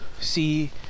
see